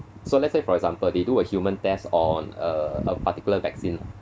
so let's say for example they do a human test on a a particular vaccine